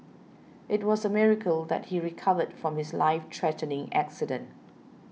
it was a miracle that he recovered from his life threatening accident